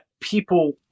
people